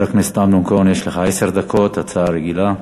חבר הכנסת אמנון כהן, יש לך עשר דקות, הצעה רגילה.